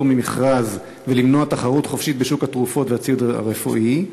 ממכרז ולמנוע תחרות חופשית בשוק התרופות והציוד הרפואי?